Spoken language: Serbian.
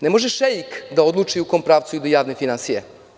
Ne može šeik da odluči u kom pravcu idu javne finansije.